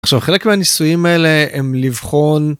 עכשיו חלק מהניסויים האלה הם לבחון...